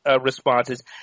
responses